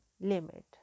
limit